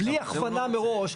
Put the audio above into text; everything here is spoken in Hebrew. בלי הכוונה מראש.